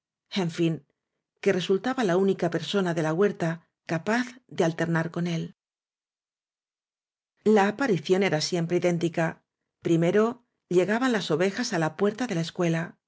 en fin que resultaba la única per sona de la huerta capaz de alternar con él la aparición era siempre idéntica primero llegaban las ovejas á la puerta de la escuela